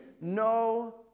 no